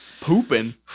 Pooping